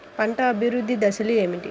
పంట అభివృద్ధి దశలు ఏమిటి?